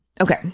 Okay